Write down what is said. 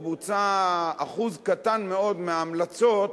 או שבוצע אחוז קטן מאוד מההמלצות,